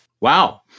Wow